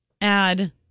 add